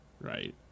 right